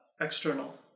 external